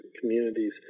communities